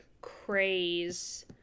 craze